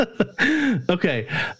okay